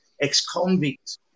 ex-convicts